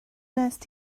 wnest